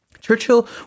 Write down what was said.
Churchill